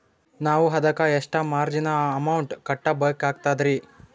ನಾವು ಅದಕ್ಕ ಎಷ್ಟ ಮಾರ್ಜಿನ ಅಮೌಂಟ್ ಕಟ್ಟಬಕಾಗ್ತದ್ರಿ?